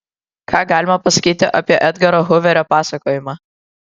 ką galima pasakyti apie edgaro huverio pasakojimą